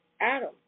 Adam